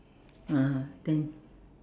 (uh huh) ten